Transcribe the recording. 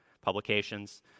publications